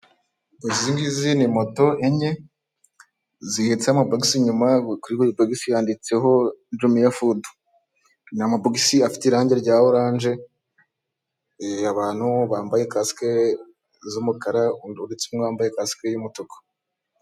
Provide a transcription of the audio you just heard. Izi ngizi ni moto enye zihetse amabogisi inyuma, kuri buri bogisi handitseho jomiyo fudu. Ni amabogisi afite irangi rya oranje. Eee abantu bambaye kasike z'umukara uretse umwe wambaye kasike y'umutuku.